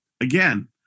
again